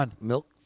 Milk